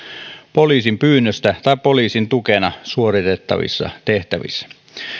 poliisin pyynnöstä tai poliisin tukena suoritettavissa tehtävissä